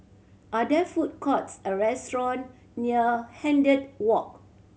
are there food courts or restaurant near Hindhede Walk